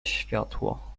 światło